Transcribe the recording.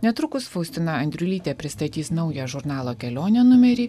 netrukus faustina andriulytė pristatys naują žurnalo kelionė numerį